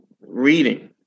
reading